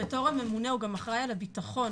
בתור הממונה הוא גם אחראי על הביטחון